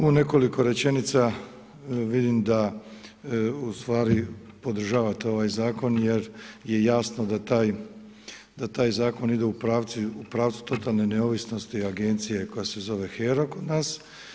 U nekoliko rečenica, vidim da u stvari podržavate ovaj zakon jer je jasno da taj zakon ide u pravcu totalne neovisnosti agencije koja se zove HERA kod nas.